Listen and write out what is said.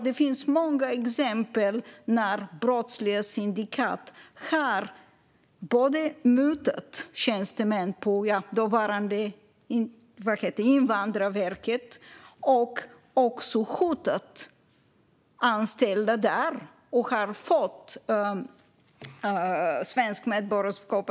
Det finns många exempel på att brottsliga syndikat har mutat tjänstemän på dåvarande Invandrarverket och även hotat anställda där för att få svenskt medborgarskap.